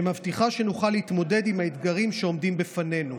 שמבטיחה שנוכל להתמודד עם האתגרים שעומדים בפנינו.